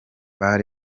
bar